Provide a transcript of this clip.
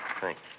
Thanks